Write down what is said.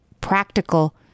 practical